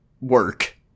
work